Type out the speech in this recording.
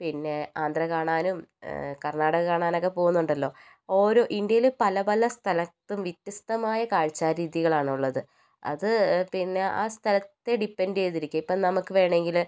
പിന്നെ ആന്ധ്ര കാണാനും കർണാടക കാണാനുമൊക്കെ പോകുന്നുണ്ടല്ലോ ഓരോ ഇന്ത്യയില് പല പല സ്ഥലത്തും വ്യത്യസ്തമായ കാഴ്ചാ രീതികളാണ് ഉള്ളത് അത് പിന്നെ ആ സ്ഥലത്തെ ഡിപെൻഡ് ചെയ്തിരിക്കും ഇപ്പോൾ നമുക്ക് വേണമെങ്കില്